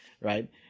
Right